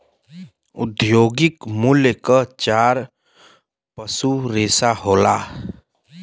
औद्योगिक मूल्य क चार पसू रेसा होला